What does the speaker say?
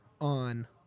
on